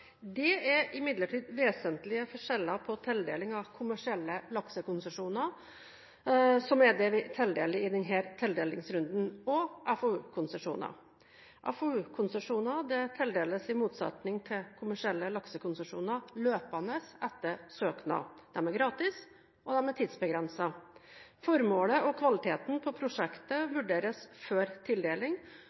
Det er imidlertid vesentlige forskjeller på tildeling av kommersielle laksekonsesjoner, som er det vi tildeler i denne tildelingsrunden, og FoU-konsesjoner. FoU-konsesjoner tildeles – i motsetning til kommersielle laksekonsesjoner – løpende etter søknad. De er gratis, og de er tidsbegrenset. Formålet og kvaliteten på prosjektet vurderes før tildeling,